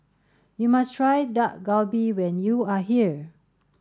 you must try Dak Galbi when you are here